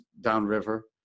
downriver